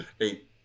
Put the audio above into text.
Eight